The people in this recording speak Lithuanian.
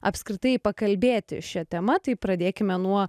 apskritai pakalbėti šia tema tai pradėkime nuo